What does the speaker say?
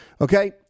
Okay